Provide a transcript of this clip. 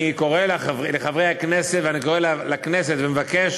אני קורא לחברי הכנסת ואני קורא לכנסת ומבקש